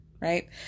right